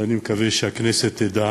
ואני מקווה שהכנסת תדע